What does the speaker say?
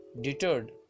deterred